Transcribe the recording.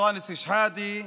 ואנטאנס שחאדה,